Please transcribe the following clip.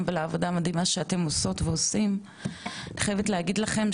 אני חייבת להגיד לכם שאני בדרך כלל לא מתקילה,